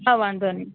હાં વાંધો નહીં